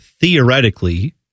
theoretically